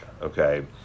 okay